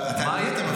באמת אתה מפריע,